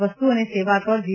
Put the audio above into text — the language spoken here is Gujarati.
વસ્તુ અને સેવા કર જી